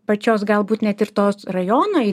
pačios galbūt net ir tos rajonui